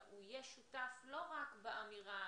שהוא יהיה שותף לא רק באמירה,